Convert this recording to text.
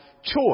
choice